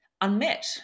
unmet